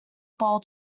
bowl